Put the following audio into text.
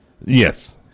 Yes